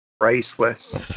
priceless